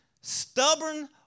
stubborn